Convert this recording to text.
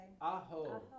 Aho